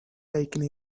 taking